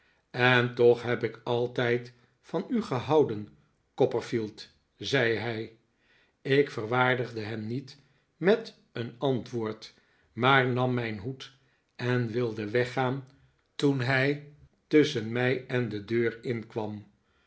en toch heb ik altijd van u gehouden copperfield zei hij ik verwaardigde hem niet met een antwoord maar nam mijn hoed en wilde weggaan toen hij tusschen mij en de deur